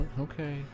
Okay